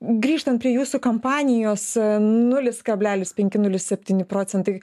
grįžtant prie jūsų kompanijos nulis kablelis penki nulis septyni procentai